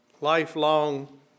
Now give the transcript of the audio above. Lifelong